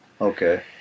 Okay